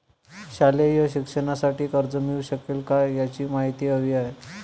शालेय शिक्षणासाठी कर्ज मिळू शकेल काय? याची माहिती हवी आहे